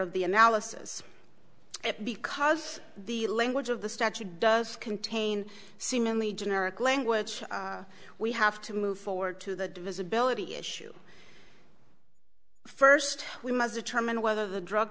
of the analysis because the language of the statute does contain seemingly generic language we have to move forward to the divisibility issue first we must determine whether the drug